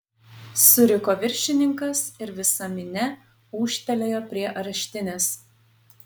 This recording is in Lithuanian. suriko viršininkas ir visa minia ūžtelėjo prie areštinės